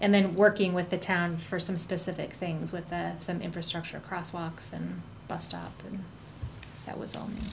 and then working with the town for some specific things with their some infrastructure across walks and bus stop that was